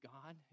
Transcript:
God